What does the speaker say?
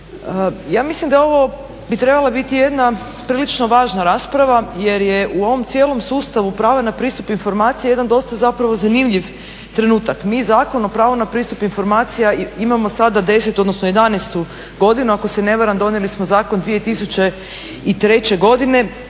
Ja mislim da ovo bi trebala biti jedna prilično važna rasprava jer je u ovom cijelom sustavu prava na pristup informacijama jedan dosta zapravo zanimljiv trenutak, mi Zakon o pravu na pristup informacijama imamo sada 10 odnosno 11 godinu ako se ne varam, donijeli smo zakon 2003. godine,